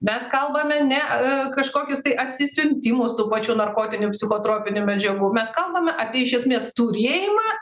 mes kalbame ne kažkokius tai atsisiuntimus tų pačių narkotinių psichotropinių medžiagų mes kalbame apie iš esmės turėjimą